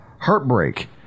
Heartbreak